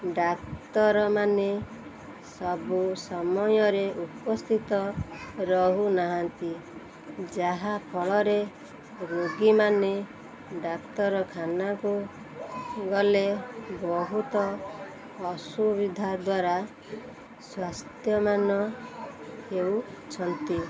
ଡାକ୍ତରମାନେ ସବୁ ସମୟରେ ଉପସ୍ଥିତ ରହୁନାହାନ୍ତି ଯାହାଫଳରେ ରୋଗୀମାନେ ଡାକ୍ତରଖାନାକୁ ଗଲେ ବହୁତ ଅସୁବିଧା ଦ୍ୱାରା ସ୍ୱାସ୍ଥ୍ୟମାନ ହେଉଛନ୍ତି